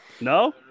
No